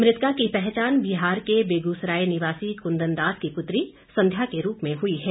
मृतका की पहचान बिहार के बेगूसराय निवासी कुंदन दास की पुत्री संध्या के रूप में हुई है